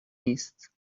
نیست